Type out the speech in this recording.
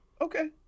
Okay